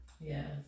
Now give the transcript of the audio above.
Yes